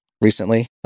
recently